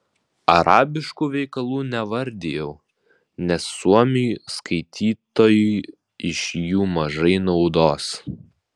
arabiškų veikalų nevardijau nes suomiui skaitytojui iš jų mažai naudos